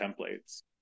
templates